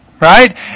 right